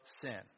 sin